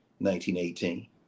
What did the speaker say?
1918